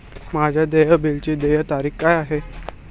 माझ्या देय बिलाची देय तारीख काय आहे?